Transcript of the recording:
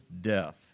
death